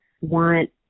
want